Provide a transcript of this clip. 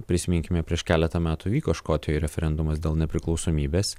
prisiminkime prieš keletą metų vyko škotijoj referendumas dėl nepriklausomybės